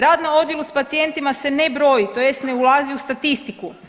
Rad na odjelu sa pacijentima se ne broji, tj. ne ulazi u statistiku.